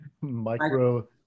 Micro